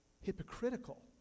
hypocritical